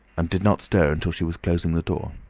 and did not stir until she was closing the door.